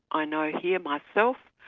i know here myself,